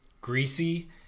Greasy